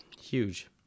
huge